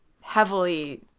heavily